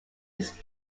its